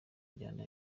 njyana